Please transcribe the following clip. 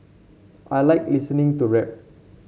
I like listening to rap